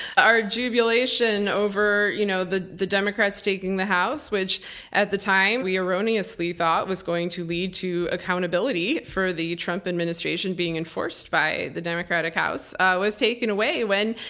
our jubilation over you know the the democrats taking the house, which at the time, we erroneously thought was going to lead to accountability for the trump administration being enforced by the democratic house was taken away when,